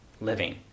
living